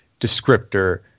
descriptor